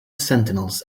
sentinels